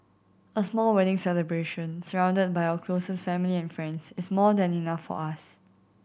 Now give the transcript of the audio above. a small wedding celebration surrounded by our closest family and friends is more than enough for us